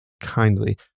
kindly